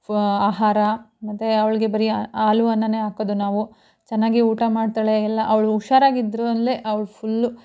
ಫ್ ಆಹಾರ ಮತ್ತು ಅವ್ಳಿಗೆ ಬರೀ ಹಾಲು ಅನ್ನವೇ ಹಾಕೋದು ನಾವು ಚೆನ್ನಾಗಿ ಊಟ ಮಾಡ್ತಾಳೆ ಎಲ್ಲ ಅವಳು ಹುಷಾರಾಗಿದ್ದರು ಅಲ್ದೇ ಅವ್ಳು ಫುಲ್ಲು